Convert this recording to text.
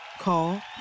Call